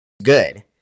good